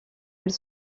elle